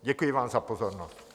Děkuji vám za pozornost.